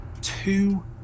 two